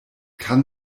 kann